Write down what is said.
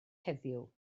heddiw